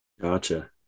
Gotcha